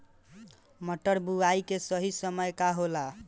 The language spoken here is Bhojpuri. मटर बुआई के सही समय का होला?